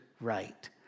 right